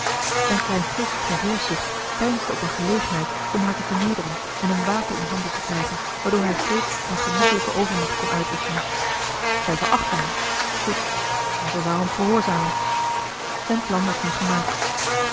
zijn kleingeestige heerschzucht peinsde op een gelegenheid om haar te vernederen en een wapen in handen te krijgen waardoor hij steeds een gemakkelijke overmacht kon uitoefenen zij verachtte hem goed maar zij zou hem gehoorzamen zijn plan was nu gemaakt